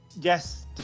yes